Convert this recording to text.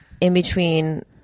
in-between